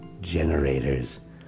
Generators